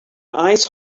ice